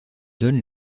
donne